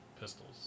pistols